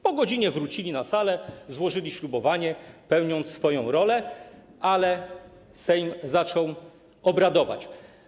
Po godzinie wrócili oni na salę, złożyli ślubowanie, pełniąc swoją rolę, ale Sejm zaczął obradować.